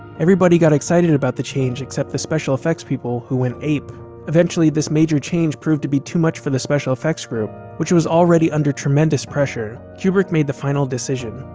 everybody got excited about the change except the special effects people, who went ape eventually this major change proved to be too much for the special effects group, which was already under tremendous pressure, made the final decision.